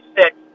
six